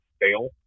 fail